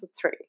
three